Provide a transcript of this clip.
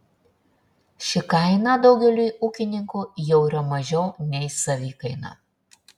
ši kaina daugeliui ūkininkų jau yra mažiau nei savikaina